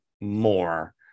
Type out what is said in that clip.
more